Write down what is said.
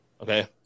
Okay